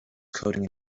coding